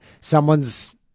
Someone's